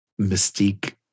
Mystique